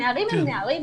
הנערים הם נערים,